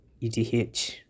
ETH